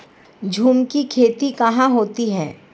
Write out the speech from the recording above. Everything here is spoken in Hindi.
झूम की खेती कहाँ होती है?